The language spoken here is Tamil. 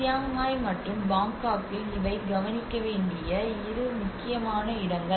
சியாங் மாய் மற்றும் பாங்காக்கில் இவை கவனிக்க வேண்டிய இரண்டு முக்கியமான இடங்கள்